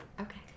Okay